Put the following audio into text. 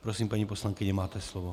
Prosím, paní poslankyně, máte slovo.